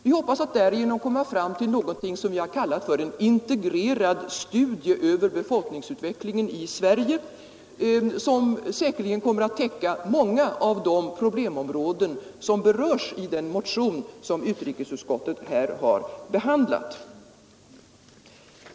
Vi hoppas komma fram till någonting som vi har kallat en integrerad studie över befolkningsutvecklingen i Sverige. Den kommer säkerligen att täcka många av de problemområden som berörs i den motion som utrikesutskottet här har behandlat.